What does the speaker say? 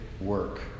work